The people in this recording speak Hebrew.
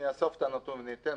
אני אאסוף את הנתון ואני אתן.